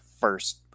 first